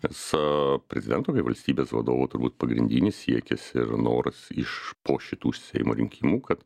nes prezidento kaip valstybės vadovo turbūt pagrindinis siekis ir noras iš po šitų seimo rinkimų kad